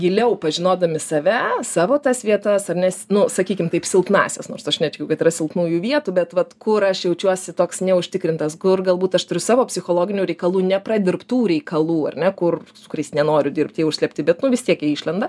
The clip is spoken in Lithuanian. giliau pažinodami save savo tas vietas ar ne nu sakykim taip silpnąsias nors aš netikiu kad yra silpnųjų vietų bet vat kur aš jaučiuosi toks neužtikrintas kur galbūt aš turiu savo psichologinių reikalų nepradirbtų reikalų ar ne kur kuriais nenoriu dirbt jie užslėpti bet nu vis tiek jie išlenda